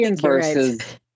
versus